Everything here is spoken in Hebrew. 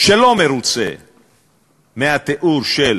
שאינו מרוצה מהתיאור של